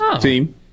team